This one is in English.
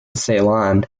ceylon